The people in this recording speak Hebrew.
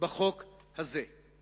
בחוק הזה.